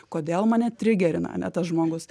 kodėl mane trigerina ane tas žmogus